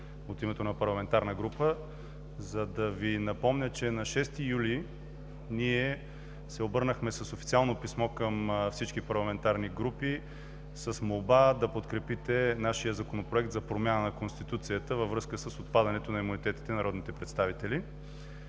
от името на парламентарна група, за да Ви напомня, че на 6 юли ние се обърнахме с официално писмо към всички парламентарни групи с молба да подкрепите нашия Законопроект за промяна на Конституцията във връзка с отпадането на имунитетите на народните представители.